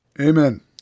Amen